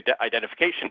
identification